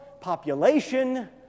population